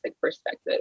perspective